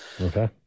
Okay